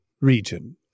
region